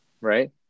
Right